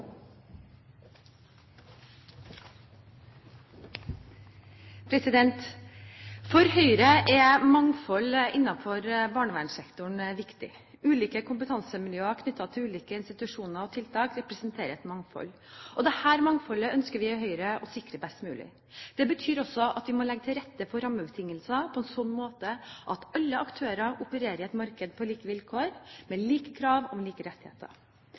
mangfold innenfor barnevernssektoren viktig. Ulike kompetansemiljøer knyttet til ulike institusjoner og tiltak representerer et mangfold. Dette mangfoldet ønsker vi i Høyre å sikre best mulig. Det betyr at vi også må legge rammebetingelsene til rette på en slik måte at alle aktører opererer i markedet på like vilkår, med like krav og med like rettigheter.